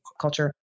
culture